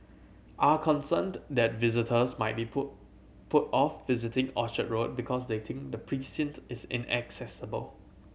are concerned that visitors might be put put off visiting Orchard Road because they think the precinct is inaccessible